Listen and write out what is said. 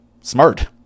Smart